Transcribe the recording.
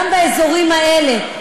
גם באזורים האלה,